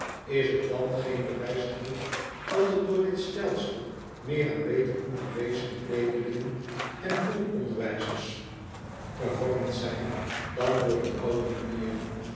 is het dan geen bewijs genoeg dat er door dit stelsel meer en beter onderwezene kweekelingen en hulponderwijzers gevormd zijn dan door de oude manier